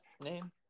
name